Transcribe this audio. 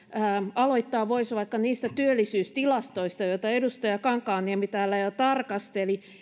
aloittaa voisi vaikka niistä työllisyystilastoista joita edustaja kankaanniemi täällä jo tarkasteli